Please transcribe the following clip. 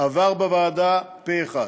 עבר בוועדה פה אחד.